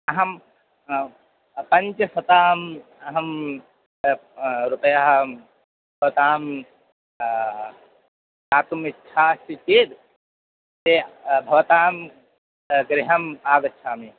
अहं पञ्चशतम् अहं रूप्यकाणि भवतां दातुमिच्छास्ति चेत् ते भवतां गृहम् आगच्छामि